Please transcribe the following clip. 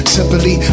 Simply